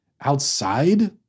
outside